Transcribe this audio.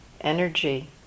energy